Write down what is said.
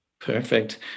Perfect